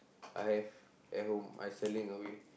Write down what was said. I have at home I selling away